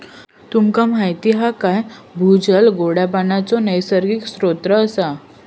तुमका माहीत हा काय भूजल गोड्या पानाचो नैसर्गिक स्त्रोत असा